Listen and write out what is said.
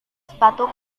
sepatu